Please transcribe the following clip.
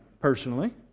personally